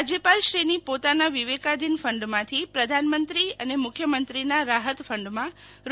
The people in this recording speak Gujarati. રાજ્યપાલશ્રીની પોતાના વિવેકાધીન ફંડમાંથી પ્રધાનમંત્રી અને મુખ્યમંત્રીના રાહત ફંડમાં રૂ